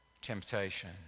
temptation